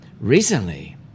Recently